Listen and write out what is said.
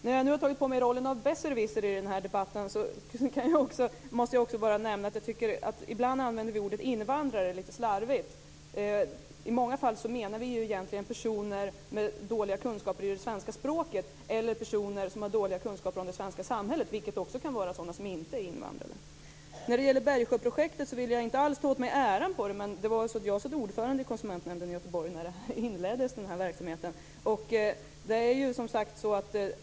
När jag nu tar tagit på mig rollen som besserwisser i den här debatten måste jag också nämna att jag tycker att vi ibland använder ordet invandrare lite slarvigt. I många fall menar vi egentligen personer med dåliga kunskaper i det svenska språket eller personer som har dåliga kunskaper om det svenska samhället, vilket också kan vara sådana som inte är invandrare. När det gäller Bergsjöprojektet vill jag inte alls ta åt mig äran för det, men jag satt ordförande i konsumentnämnden i Göteborg när denna verksamhet inleddes.